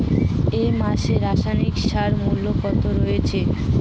এই মাসে রাসায়নিক সারের মূল্য কত রয়েছে?